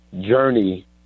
journey